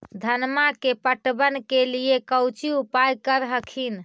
धनमा के पटबन के लिये कौची उपाय कर हखिन?